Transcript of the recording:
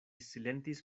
silentis